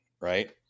right